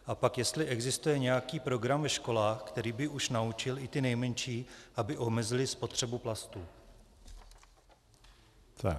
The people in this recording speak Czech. A pak, jestli existuje nějaký program ve školách, který by už naučil i ty nejmenší, aby omezili spotřebu plastů.